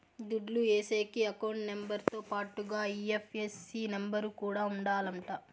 దుడ్లు ఏసేకి account number తో పాటుగా ఐ.ఎఫ్.ఎస్.సి నెంబర్ కూడా ఉండాలంట